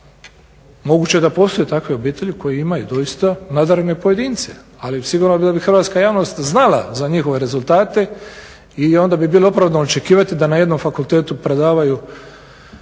Moguće da postoje takve obitelji koje imaju doista nadarene pojedince. Ali sigurno je da bi hrvatska javnost znala za njihove rezultate i onda bi bilo opravdano očekivati da na jednom fakultetu predavaju